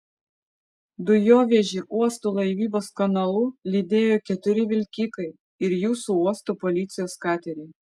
dujovežį uosto laivybos kanalu lydėjo keturi vilkikai ir jūsų uosto policijos kateriai